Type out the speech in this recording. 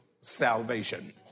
salvation